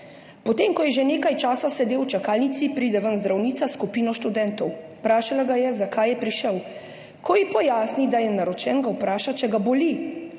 Potem ko je že nekaj časa sedel v čakalnici, pride ven zdravnica s skupino študentov, vprašala ga je, zakaj je prišel, ko ji pojasni, da je naročen, ga vpraša, če ga boli.